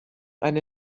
eine